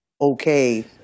okay